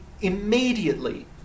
immediately